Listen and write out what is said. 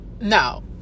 No